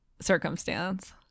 circumstance